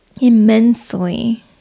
immensely